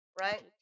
right